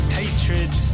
hatred